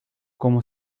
como